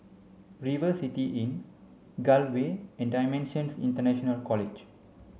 River City Inn Gul Way and DIMENSIONS International College